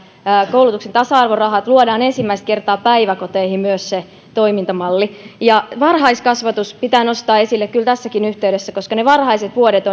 koulutuksen tasa arvorahat luodaan ensimmäistä kertaa myös päiväkoteihin se se toimintamalli varhaiskasvatus pitää nostaa esille kyllä tässäkin yhteydessä koska ne varhaiset vuodet